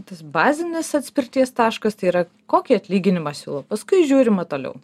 tas bazinis atspirties taškas tai yra kokį atlyginimą siūlo paskui žiūrima toliau